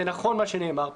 זה נכון מה שנאמר פה,